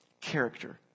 Character